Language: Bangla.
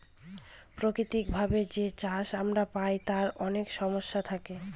প্রাকৃতিক ভাবে যে চাষ আমরা পায় তার অনেক সমস্যা থাকে